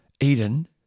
Eden